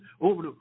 over